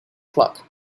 flock